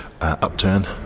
upturn